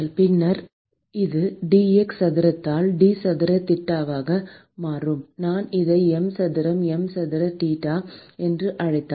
பின்னர் இது d x சதுரத்தால் d சதுர தீட்டாவாக மாறும் நான் இதை m சதுரம் m சதுர தீட்டா என்று அழைத்தால்